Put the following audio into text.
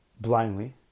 blindly